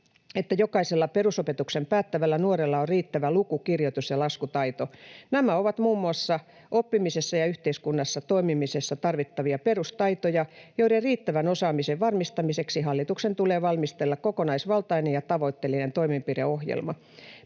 että jokaisella perusopetuksen päättävällä nuorella on riittävä luku-, kirjoitus- ja laskutaito. Nämä ovat muun muassa oppimisessa ja yhteiskunnassa toimimisessa tarvittavia perustaitoja, joiden riittävän osaamisen varmistamiseksi hallituksen tulee valmistella kokonaisvaltainen ja tavoitteellinen toimenpideohjelma.